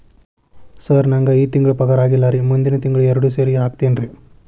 sir ನಂಗ ಈ ತಿಂಗಳು ಪಗಾರ ಆಗಿಲ್ಲಾರಿ ಮುಂದಿನ ತಿಂಗಳು ಎರಡು ಸೇರಿ ಹಾಕತೇನ್ರಿ